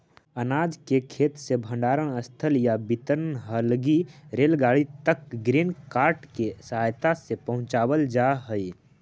अनाज के खेत से भण्डारणस्थल या वितरण हलगी रेलगाड़ी तक ग्रेन कार्ट के सहायता से पहुँचावल जा हई